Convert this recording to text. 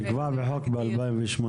זה נקבע בחוק ב-2018.